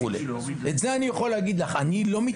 זה סוג הדברים שאני יכול להגיד לך ולעשות,